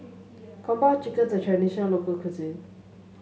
Kung Po Chicken is a traditional local cuisine